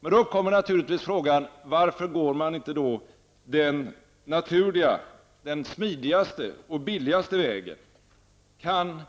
Men då uppkommer naturligtvis frågan varför man inte går den naturliga vägen, den smidigaste och billigaste vägen. Kan